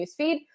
newsfeed